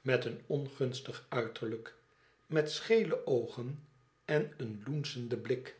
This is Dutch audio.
met een ongunstig uiterlijk met schele oogen en een loenschen blik